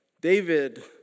David